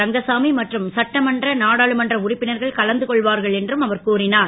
ரங்கசாமி மற்றும் சட்டமன்ற நாடாளுமன்ற உறுப்பினர்கள் கலந்து கொள்வார்கள் என்றும் அவர் கூறினார்